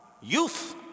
Youth